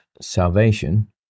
salvation